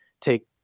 take